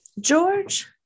George